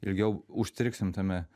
ilgiau užstrigsim tame